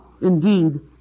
indeed